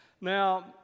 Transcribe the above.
Now